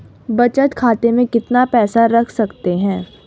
बचत खाते में कितना पैसा रख सकते हैं?